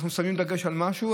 אנחנו שמים דגש על משהו,